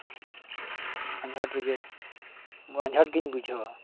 ᱟᱸᱡᱷᱟᱴ ᱨᱮᱜᱮ ᱟᱸᱡᱷᱟᱴ ᱜᱮᱧ ᱵᱩᱡᱷᱟᱹᱣᱟ